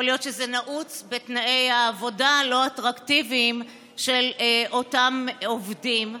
יכול להיות שזה נעוץ בתנאי העבודה הלא-אטרקטיביים של אותם עובדים.